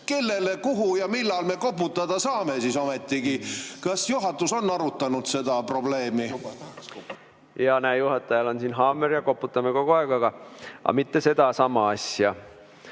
Kellele, kuhu ja millal me koputada saame siis ometigi? Kas juhatus on arutanud seda probleemi? Jaa, näe, juhatajal on siin haamer ja koputame kogu aeg. Aga mitte sedasama asja.